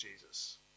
Jesus